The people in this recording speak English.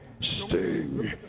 Sting